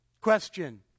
Question